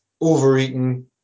overeating